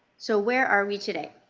so where are we today?